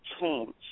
change